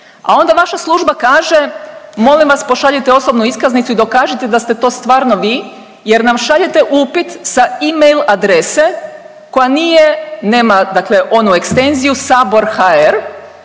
a onda vaša služba kaže molim vas pošaljite osobnu iskaznicu i dokažite da ste to stvarno vi jer nam šaljete upit sa email adrese koja nije, nema dakle onu ekstenziju sabor.hr